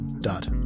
dot